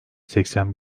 seksen